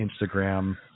Instagram